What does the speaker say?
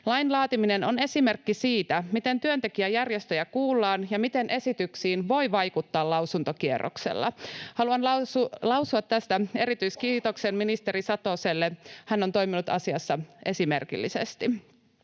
Lain laatiminen on esimerkki siitä, miten työntekijäjärjestöjä kuullaan ja miten esityksiin voi vaikuttaa lausuntokierroksella. Haluan lausua tästä erityiskiitoksen ministeri Satoselle, hän on toiminut asiassa esimerkillisesti.